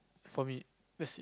from it this